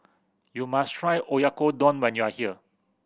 you must try Oyakodon when you are here